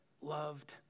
loved